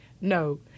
No